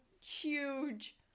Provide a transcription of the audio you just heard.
huge